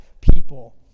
people